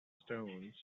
stones